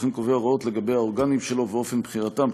וכן קובע הוראות לגבי האורגנים שלו ואופן בחירתם,